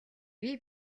бие